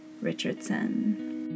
Richardson